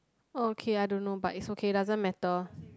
okay I don't know but it's okay doesn't matter